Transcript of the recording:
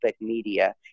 media